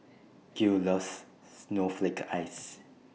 Gil loves Snowflake Ice